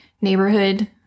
neighborhood